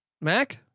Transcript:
Mac